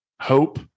hope